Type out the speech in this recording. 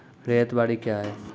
रैयत बाड़ी क्या हैं?